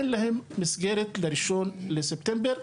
אין להם מסגרת ל-1 לספטמבר,